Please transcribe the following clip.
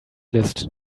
list